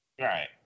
Right